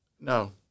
No